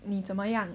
你怎么样